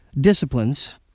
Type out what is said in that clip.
disciplines